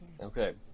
Okay